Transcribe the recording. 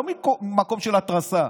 לא ממקום של התרסה,